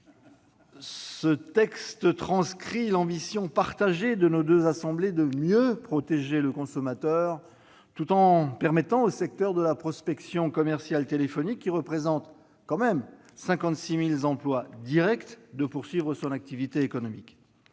Ce texte transcrit l'ambition partagée par nos deux assemblées de mieux protéger le consommateur, tout en permettant au secteur de la prospection commerciale téléphonique, qui représente 56 000 emplois directs, de poursuivre son activité économique.